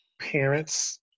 parents